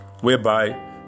whereby